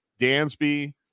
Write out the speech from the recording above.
Dansby